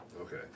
Okay